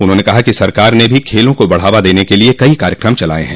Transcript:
उन्होंने कहा कि सरकार ने भी खेलों को बढ़ावा देने के लिये कई कार्यक्रम चलाये हैं